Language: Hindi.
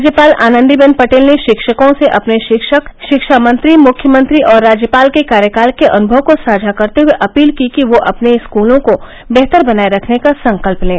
राज्यपाल आनंदीबेन पटेल ने शिक्षकों से अपने शिक्षक शिक्षामंत्री मुख्यमंत्री और राज्यपाल के कार्यकाल के अनुभव को साझा करते हुये अपील की कि वह अपने स्कूलों को बेहतर बनाये रखने का संकल्प लें